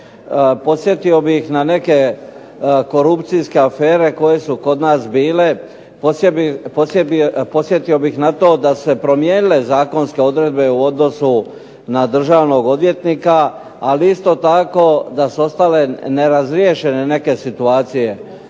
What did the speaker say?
podsjetio bih na neke korupcijske afere koje su kod nas bile, podsjetio bih na to da su se promijenile zakonske odredbe u odnosu na državnog odvjetnika, ali isto tako da su ostale nerazriješene neke situacije.